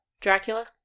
Dracula